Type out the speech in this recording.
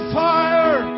fire